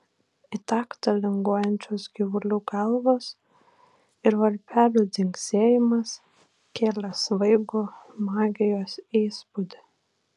į taktą linguojančios gyvulių galvos ir varpelių dzingsėjimas kėlė svaigų magijos įspūdį